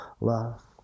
love